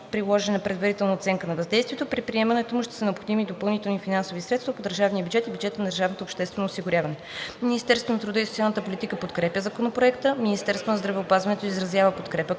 приложена и предварителна оценка на въздействието. При приемането му ще са необходими допълнителни финансови средства от държавния бюджет и бюджета на държавното обществено осигуряване. Министерството на труда и социалната политика подкрепя Законопроекта. Министерството на здравеопазването изразява подкрепа